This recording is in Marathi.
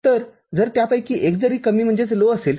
तरजर त्यापैकी एक जरी कमी असेल